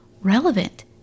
relevant